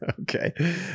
okay